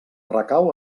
recau